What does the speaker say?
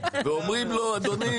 ואומרים לו: אדוני,